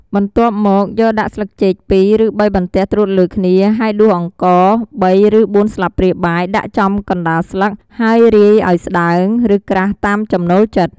បន្ទាប់់មកយកដាក់ស្លឹកចេក២ ឬ៣បន្ទះត្រួតលើគ្នា ហើយដួសអង្ករ ៣ឬ៤ស្លាបព្រាបាយដាក់ចំកណ្ដាលស្លឹក ហើយរាយឱ្យស្ដើង ឬក្រាស់តាមចំណូលចិត្ត។